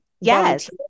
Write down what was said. yes